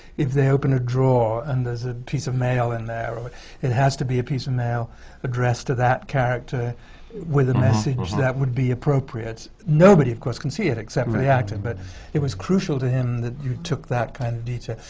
if they open a drawer and there's a piece of mail in there, but it has to be a piece of mail addressed to that character with a message that would be appropriate. nobody of can see it except for the actor. but it was crucial to him that you took that kind of detail.